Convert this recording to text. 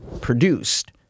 produced